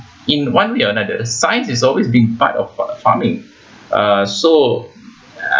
in one way or another science is always been part of a farming uh so